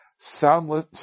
soundless